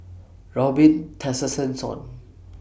Robin Tessensohn